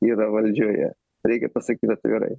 yra valdžioje reikia pasakyt atvirai